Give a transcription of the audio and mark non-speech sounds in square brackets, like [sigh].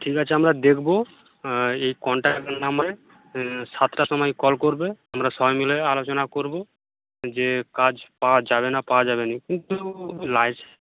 ঠিক আছে আমরা দেখব এই কনট্যাক্ট নাম্বারে সাতটার সময় কল করবে আমরা সবাই মিলে আলোচনা করব যে কাজ পাওয়া যাবে না পাওয়া যাবে না কিন্তু [unintelligible]